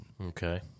Okay